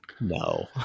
No